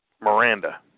Miranda